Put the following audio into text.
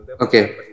Okay